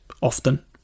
often